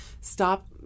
stop